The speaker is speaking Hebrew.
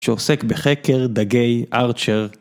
שעוסק בחקר דגי ארצ'ר.